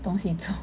东西做